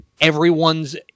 Everyone's